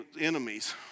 enemies